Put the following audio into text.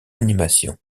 animation